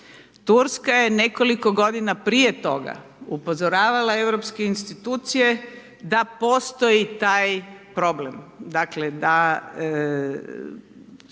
Turska je nekoliko godina prije toga upozoravala europske institucije da postoji taj problem, dakle da